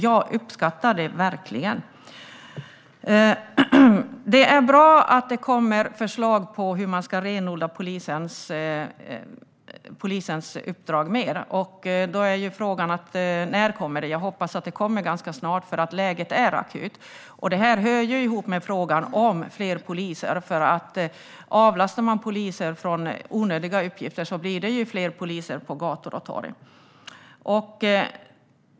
Jag uppskattar det verkligen. Det är bra att det kommer förslag på hur man ytterligare ska renodla polisens uppdrag. Då är ju frågan: När kommer det? Jag hoppas att det kommer ganska snart, för läget är akut. Det här hör ihop med frågan om fler poliser. Avlastar man polisen från onödiga uppgifter blir det fler poliser på gator och torg.